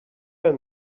tell